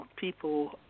people